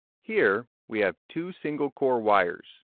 here we have two single core wires,